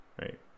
right